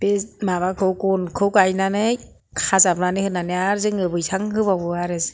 बे माबाखौ गनखौ गायनानै खाजाबनानै होनानै आरो जोंनिया बैसां होबावो आरो